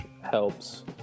helps